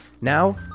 Now